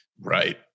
Right